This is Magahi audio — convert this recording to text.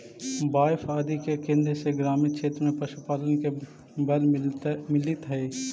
बाएफ आदि के केन्द्र से ग्रामीण क्षेत्र में पशुपालन के बल मिलित हइ